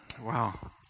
Wow